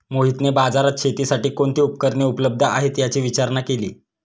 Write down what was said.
मोहितने बाजारात शेतीसाठी कोणती उपकरणे उपलब्ध आहेत, याची विचारणा केली